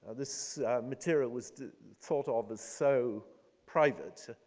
this material was thought of as so private.